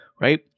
right